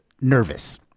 nervous